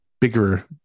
bigger